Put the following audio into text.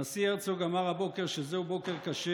הנשיא הרצוג אמר הבוקר שזהו בוקר קשה